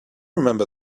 remember